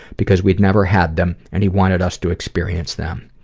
because we'd never had them and he wanted us to experience them.